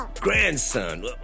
Grandson